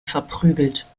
verprügelt